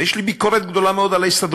ויש לי ביקורת גדולה מאוד על ההסתדרות,